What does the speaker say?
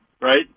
right